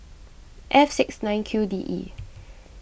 F six nine Q D E